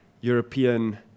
European